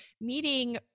meeting